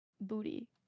Booty